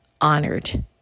honored